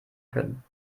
können